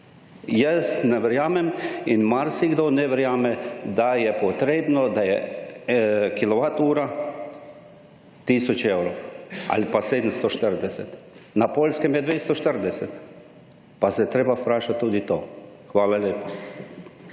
Jaz ne verjamem in marsikdo ne verjame, da je potrebno, da je kilovat ura tisoč evrov ali pa 740. Na Poljskem je 240 pa se je treba vprašati tudi to. Hvala lepa.